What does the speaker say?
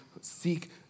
seek